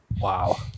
Wow